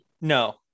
No